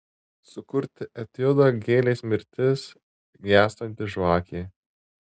sukurti etiudą gėlės mirtis gęstanti žvakė